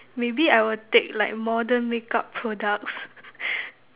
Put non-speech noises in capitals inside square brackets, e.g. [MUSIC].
maybe I will take like modern makeup products [BREATH]